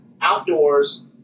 outdoors